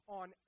on